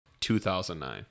2009